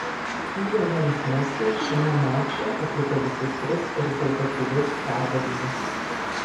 lionelis messi šiame mače atliko visus tris rezultatyvius perdavimus